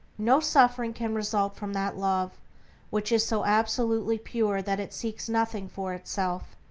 no suffering can result from that love which is so absolutely pure that it seeks nothing for itself.